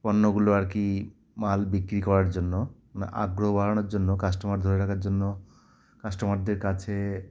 পণ্যগুলো আর কি মাল বিক্রি করার জন্য মানে আগ্রহ বাড়ানোর জন্য কাস্টমার ধরে রাখার জন্য কাস্টমারদের কাছে